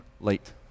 late